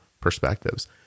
perspectives